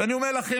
ואני אומר לכם